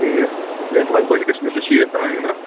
ٹھیٖک لَگ بَگ گَژھنو تۅہہِ شیٖتھ ترٛامہِ نا